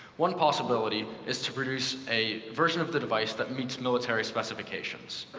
one possibility is to produce a version of the device that meets military specifications.